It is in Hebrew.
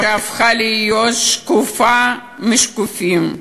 שהפכה להיות שקופה משקופים.